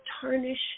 tarnish